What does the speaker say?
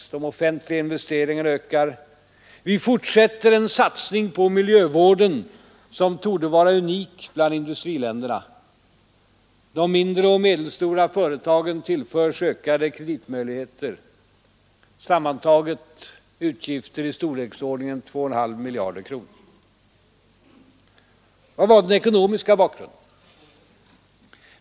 De offentliga investeringarna ökar. Vi fortsätter en satsning på miljövården, som torde vara unik bland industriländerna. De mindre och medelstora företagen tillförs ökade kreditmöjligheter. Tillsammantaget betyder dessa åtgärder ökade statsutgifter i storleksordningen 2,5 miljarder kronor. Vad var den ekonomiska bakgrunden?